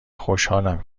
خوشحالم